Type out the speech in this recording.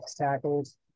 tackles